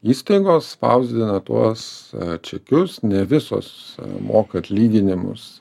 įstaigos spausdina tuos čekius ne visos moka atlyginimus